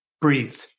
Breathe